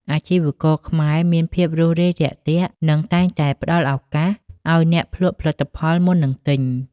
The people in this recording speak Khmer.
អាជីវករខ្មែរមានភាពរួសរាយរាក់ទាក់ និងតែងតែផ្តល់ឱកាសឱ្យអ្នកភ្លក់ផលិតផលមុននឹងទិញ។